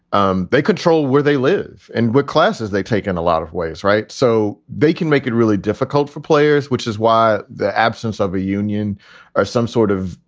um they control where they live and what classes they taken a lot of ways. right. so they can make it really difficult for players, which is why the absence of a union or some sort of,